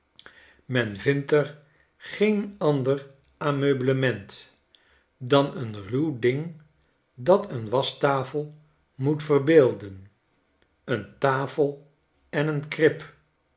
men vindt er geen ander meublement dan een ruw ding dat een waschtafel moet verbeelden een tafel en een krib